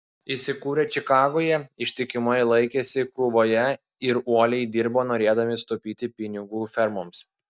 įsikūrę čikagoje ištikimai laikėsi krūvoje ir uoliai dirbo norėdami sutaupyti pinigų fermoms